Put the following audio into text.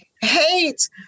hate